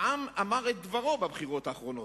העם אמר את דברו בבחירות האחרונות,